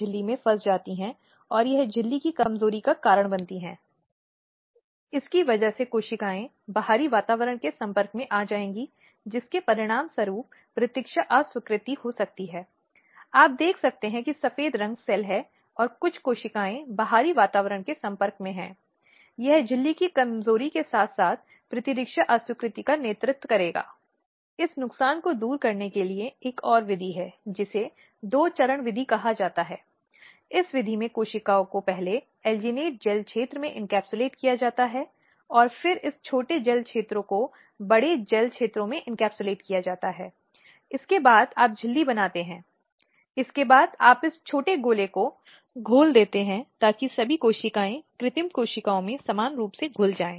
इसलिए यह एक प्रकार का ज़बरदस्ती का व्यवहार है जिसमें शारीरिक बल का उपयोग उस दूसरे व्यक्ति के खिलाफ होता है जो महिला है और यह महिला पर शारीरिक मानसिक या किसी प्रकार की चोट पहुँचाने का इरादा रखता है और हो सकता है कभी कभी महिला की मृत्यु भी हो जाती है